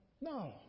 no